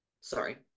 Sorry